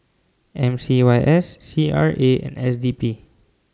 M C Y S C R A and S D P